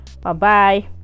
Bye-bye